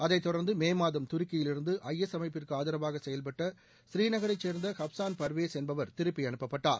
அதைத் தொடர்ந்து மே மாதம் துருக்கியிலிருந்து ஐ எஸ் அமைப்பிற்கு ஆதராக செயல்பட்ட புறீநகரைச் சேர்ந்த ஹப்சான் பர்வேஸ் என்பவர் திருப்பி அனுப்பப்பட்டார்